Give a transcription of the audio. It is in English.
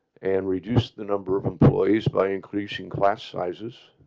and reduce the number of employees by increasing class sizes